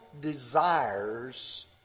desires